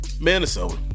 Minnesota